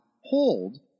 hold